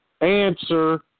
answer